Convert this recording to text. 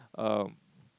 err